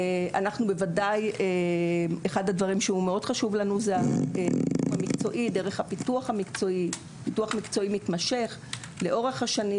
בוודאי חשוב לנו מאוד הפיתוח המקצועי המתמשך לאורך השנים,